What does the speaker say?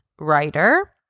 writer